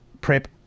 PrEP